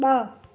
ब॒